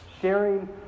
sharing